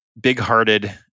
big-hearted